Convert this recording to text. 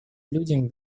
людям